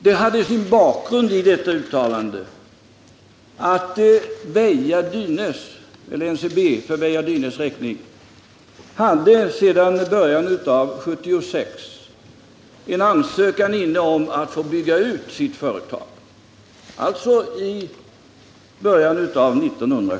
Det hade sin bakgrund i uttalandet att Väja-Dynäs — eller NCB för Väja-Dynäs räkning — sedan början av 1976 hade en ansökan inne om att få bygga ut sitt företag.